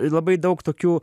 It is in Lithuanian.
ir labai daug tokių